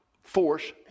force